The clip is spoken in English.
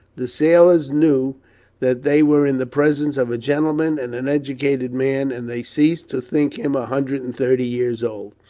the sailors knew that they were in the presence of a gentleman and an educated man, and they ceased to think him a hundred and thirty years old.